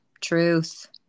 truth